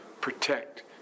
protect